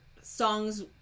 songs